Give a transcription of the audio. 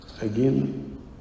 Again